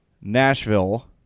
Nashville